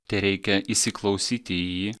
tereikia įsiklausyti į jį